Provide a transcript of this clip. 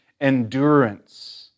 endurance